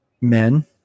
men